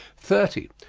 thirty.